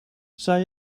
zij